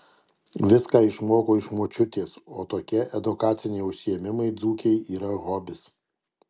viską išmoko iš močiutės o tokie edukaciniai užsiėmimai dzūkei yra hobis